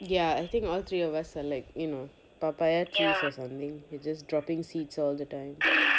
ya I think all three of us are like you know papaya trees or something you just dropping seeds all the time